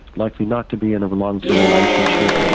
likely not to be in a long term relationship,